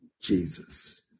Jesus